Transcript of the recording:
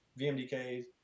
VMDKs